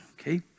okay